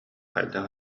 хайдах